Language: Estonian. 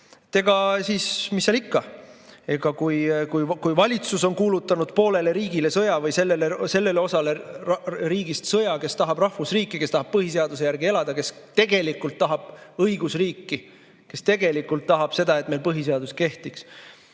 Aga mis seal ikka. Kui valitsus on kuulutanud poolele riigile sõja või sellele osale riigist sõja, kes tahab rahvusriiki, kes tahab põhiseaduse järgi elada, kes tegelikult tahab õigusriiki, kes tegelikult tahab seda, et meil põhiseadus kehtiks,